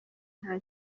nta